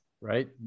right